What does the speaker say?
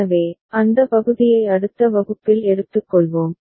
எனவே அந்த பகுதியை அடுத்த வகுப்பில் எடுத்துக்கொள்வோம்